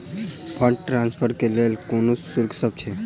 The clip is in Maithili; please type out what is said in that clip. फंड ट्रान्सफर केँ लेल कोनो शुल्कसभ छै?